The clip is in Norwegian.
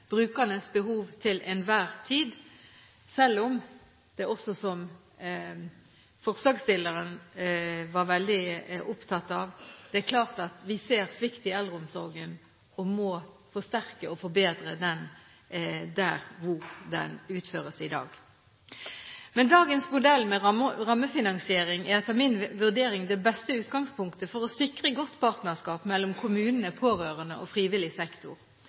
brukernes behov til enhver tid, selv om det også, som forslagsstillerne var veldig opptatt av, er klart at vi ser svikt i eldreomsorgen og må forsterke og forbedre den der hvor den utføres i dag. Dagens modell med rammefinansiering er etter min vurdering det beste utgangspunktet for å sikre godt partnerskap mellom kommunene, pårørende og frivillig sektor.